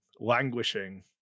languishing